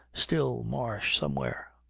still marsh somewhere.